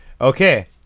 okay